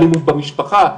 אלימות במשפחה,